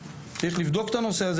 אז נאלצים רוב הזמן להיות בחו"ל.